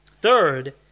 Third